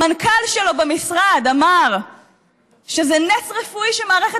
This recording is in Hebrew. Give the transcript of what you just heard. המנכ"ל שלו במשרד אמר שזה נס רפואי שמערכת